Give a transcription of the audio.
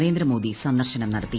നരേന്ദ്രമോദി സന്ദർശനം നടത്തി